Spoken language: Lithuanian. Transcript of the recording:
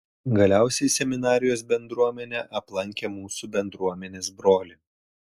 galiausiai seminarijos bendruomenė aplankė mūsų bendruomenės brolį